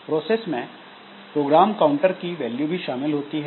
process में program counter की value भी शामिल होती है